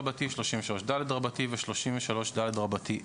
33ד ו־33ד1".